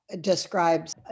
describes